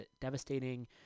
devastating